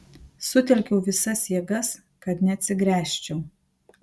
sutelkiau visas jėgas kad neatsigręžčiau